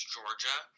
Georgia